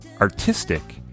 artistic